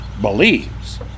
believes